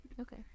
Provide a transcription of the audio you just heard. Okay